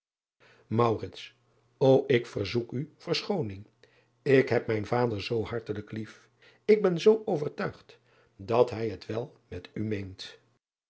wegnemende ik verzoek u verschooning k heb mijn vader zoo hartelijk lief ik ben zoo overtuigd dat hij het wel met u meent